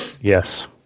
Yes